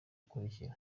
gukurikira